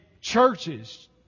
churches